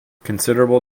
considerable